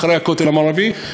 אחרי הכותל המערבי,